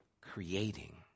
creating